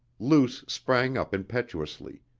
luce sprang up impetuously,